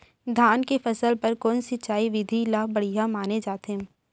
धान के फसल बर कोन सिंचाई विधि ला बढ़िया माने जाथे?